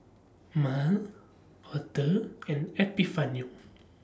Mal Author and Epifanio